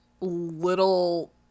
little